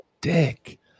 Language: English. dick